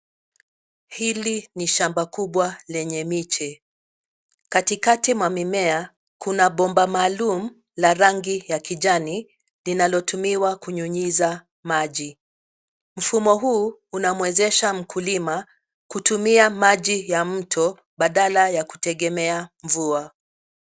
Hili ni shamba kubwa lenye miche. Katikati mwa mimea kuna bomba maalum la rangi ya kijani linalotumiwa kunyunyiza maji. Mfumo huu unamwezesha mkulima kutumia maji ya mto badala ya kutegemea mvua.